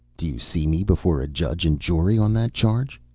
do you see me before a judge and jury on that charge?